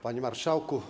Panie Marszałku!